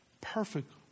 Perfect